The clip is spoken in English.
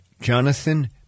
Jonathan